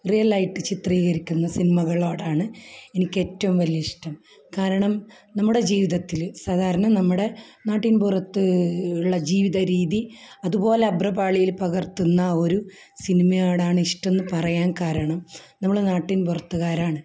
റിയലായിട്ട് ചിത്രീകരിക്കുന്ന സിനിമകളോടാണ് എനിക്ക് ഏറ്റവും വലിയ ഇഷ്ടം കാരണം നമ്മുടെ ജീവിതത്തിൽ സാധാരണ നമ്മുടെ നാട്ടിൻ പുറത്ത് ഉള്ള ജീവിത രീതി അതുപോലെ അഭ്രപാളിയിൽ പകർത്തുന്ന ഒരു സിനിമായോടാണ് ഇഷ്ടം എന്ന് പറയാൻ കാരണം നമ്മൾ നാട്ടിൻ പുറത്തുകാരാണ്